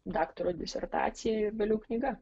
daktaro disertacija ir vėliau knyga